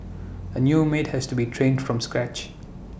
A new maid has to be trained from scratch